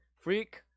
freak